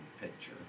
picture